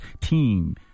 team